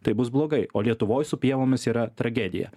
tai bus blogai o lietuvoj su pievomis yra tragedija